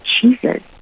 Jesus